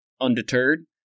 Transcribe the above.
Undeterred